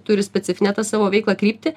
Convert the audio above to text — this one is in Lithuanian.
turi specifinę tą savo veiklą kryptį